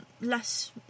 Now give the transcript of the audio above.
less